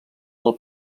del